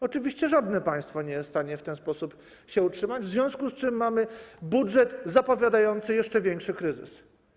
Oczywiście żadne państwo nie jest w stanie w ten sposób się utrzymać, w związku z czym mamy budżet zapowiadający jeszcze większy kryzys.